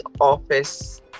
office